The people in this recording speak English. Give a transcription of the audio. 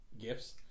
gifts